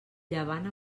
llevant